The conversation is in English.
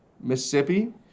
Mississippi